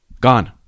gone